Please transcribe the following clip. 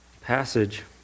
passage